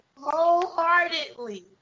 wholeheartedly